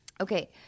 Okay